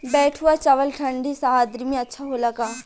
बैठुआ चावल ठंडी सह्याद्री में अच्छा होला का?